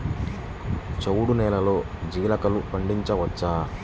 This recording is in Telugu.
చవుడు నేలలో జీలగలు పండించవచ్చా?